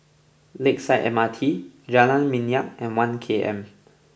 Lakeside M R T Jalan Minyak and One K M